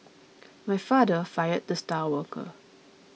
my father fired the star worker